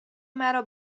مرا